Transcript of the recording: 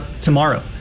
tomorrow